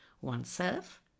oneself